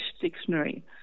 dictionary